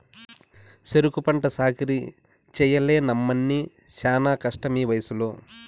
సెరుకు పంట సాకిరీ చెయ్యలేనమ్మన్నీ శానా కష్టమీవయసులో